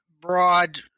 broad